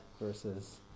versus